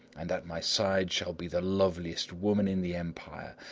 and at my side shall be the loveliest woman in the empire,